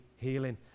Healing